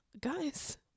guys